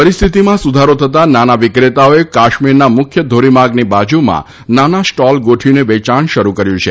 પરિસ્થિતિમાં સુધારો થતા નાના વિકેતાઓએ કાશ્મીરના મુખ્ય ધોરીમાર્ગની બાજુમાં નાના સ્ટોલ ગોઠવીને વેચાણ શરૂ કર્યું છે